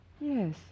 Yes